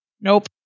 Nope